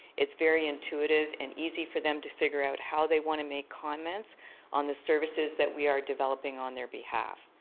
it's very intuitive and easy for them to figure out how they want to make comments on the services that we are developing on their behalf.